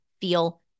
feel